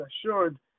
assured